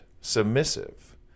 submissive